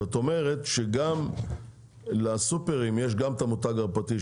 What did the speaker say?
זאת אומרת שלסופרים יש גם את המותג הפרטי,